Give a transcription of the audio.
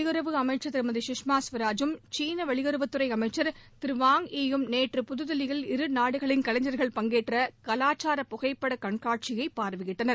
வெளியுறவு அமைச்சா் திருமதி குஷ்மா குவராஜூம் சீன வெளியுறவு அமைச்சா் திரு வாங் ஈ யும் நேற்று புது தில்லியில் இரு நாடுகளின் கலைஞர்கள் பங்கேற்ற கலாச்சார புகைப்பட கண்காட்சியை பார்வையிட்டனர்